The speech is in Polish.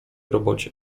robocie